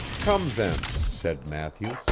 come, then said matthew,